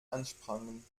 ansprangen